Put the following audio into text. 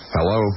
Hello